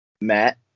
Matt